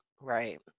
Right